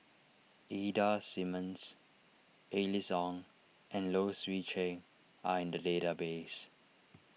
Ida Simmons Alice Ong and Low Swee Chen are in the database